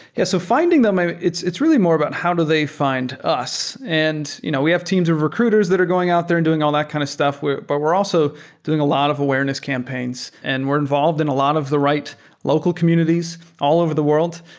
yeah. so finding them, it's it's really more about how to they fi nd us. and you know we have teams of recruiters that are going out there and doing all that kind of stuff, but we're also doing a lot of awareness campaigns and we're involved in a lot of the right local communities all over the world.